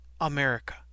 America